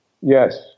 Yes